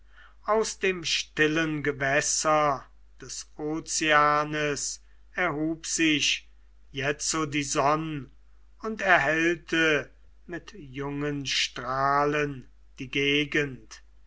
aus dem stillen gewässer des ozeanes erhub sich jetzo die sonn und erhellte mit jungen strahlen die gegend